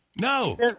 No